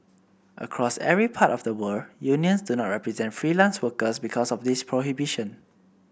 across every part of the world unions do not represent freelance workers because of this prohibition